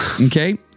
Okay